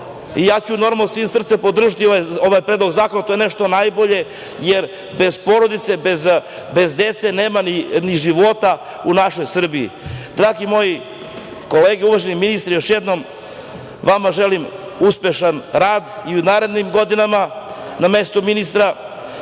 i ja ću normalno svim srcem podržati ovaj Predlog zakona, a to je nešto najbolje, jer bez porodice, bez dece nema ni života u našoj Srbiji. Drage moje kolege, uvaženi ministri, još jednom vama želim uspešan rad i u narednim godinama na mestu ministra.